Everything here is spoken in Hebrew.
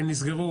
נסגרו,